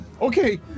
Okay